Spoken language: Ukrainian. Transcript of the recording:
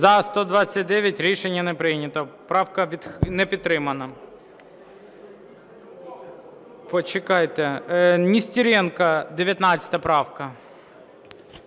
За-129 Рішення не прийнято. Правка не підтримана. Почекайте. Нестеренко, 19 правка.